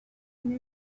knew